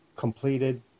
completed